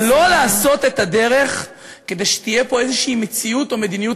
אבל לא לעשות את הדרך כדי שתהיה פה איזו מציאות או מדיניות